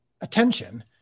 attention